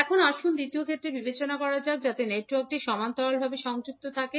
এখন আসুন দ্বিতীয় ক্ষেত্রে বিবেচনা করা যাক যাতে নেটওয়ার্কটি সমান্তরালভাবে সংযুক্ত থাকে